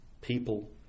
people